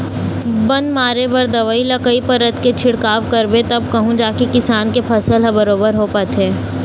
बन मारे बर दवई ल कई परत के छिड़काव करबे तब कहूँ जाके किसान के फसल ह बरोबर हो पाथे